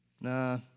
Nah